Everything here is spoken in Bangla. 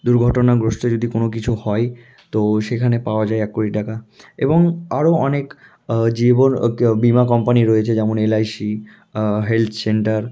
দুর্ঘটনাগ্রস্থ যদি কোনো কিছু হয় তো সেখানে পাওয়া যায় এক কোটি টাকা এবং আরও অনেক জীবন বিমা কম্পানি রয়েছে যেমন এলআইসি হেলথ সেন্টার